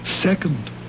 Second